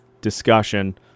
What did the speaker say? discussion